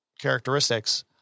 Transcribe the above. characteristics